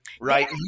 right